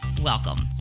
welcome